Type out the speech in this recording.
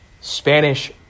Spanish